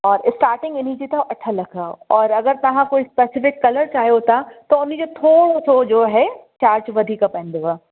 और स्टार्टींग इनजी अथव अठ लख और अगरि तव्हां कोई स्पेसिफ़िक कलर चाहियो था उनजो थोरो सो जो है चार्च वधीक पवंदव